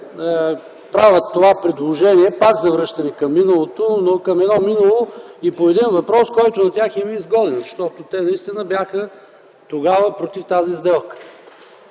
правят това предложение – пак за връщане към миналото, но към едно минало и по един въпрос, който на тях им е изгоден, защото те наистина бяха тогава против тази сделка.